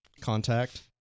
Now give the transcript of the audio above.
contact